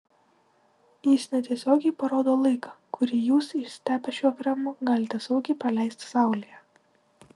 jis netiesiogiai parodo laiką kurį jūs išsitepę šiuo kremu galite saugiai praleisti saulėje